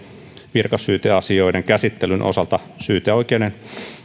virkasyyteasioiden käsittelyn osalta syyteoikeuden